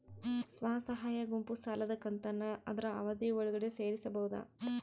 ಸ್ವಸಹಾಯ ಗುಂಪು ಸಾಲದ ಕಂತನ್ನ ಆದ್ರ ಅವಧಿ ಒಳ್ಗಡೆ ತೇರಿಸಬೋದ?